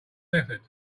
method